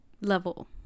level